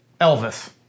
Elvis